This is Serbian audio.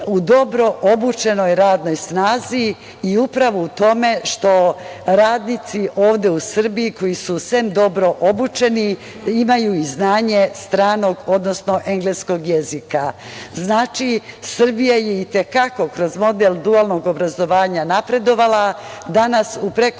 u dobro obučenoj radnoj snazi i upravo u tome što radnici ovde u Srbiji koji, sem što su dobro obučeni imaju i znanje stranog, odnosno engleskog jezika. Znači, Srbija je i te kako kroz model dualnog obrazovanja napredovala.